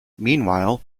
meanwhile